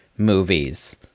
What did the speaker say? movies